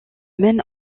mène